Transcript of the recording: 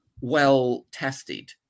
well-tested